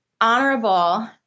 honorable